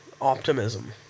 optimism